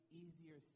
easier